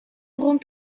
rond